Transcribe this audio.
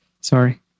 sorry